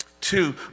Two